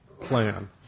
plan